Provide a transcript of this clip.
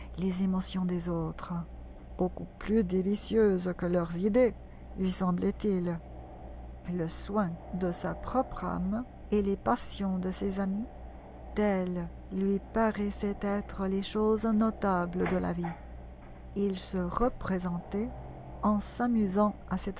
les émotions des autres beaucoup plus délicieuses que leurs idées lui semblait il le soin de sa propre âme et les passions de ses amis telles lui paraissaient être les choses notables de la vie il se représentait en s'amusant à